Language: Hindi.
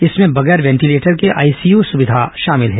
इसमें बगैर वेंटिलेटर के आईसीयू सुविधा शामिल है